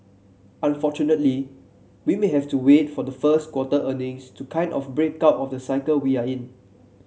unfortunately we may have to wait for the first quarter earnings to kind of break out of the cycle we're in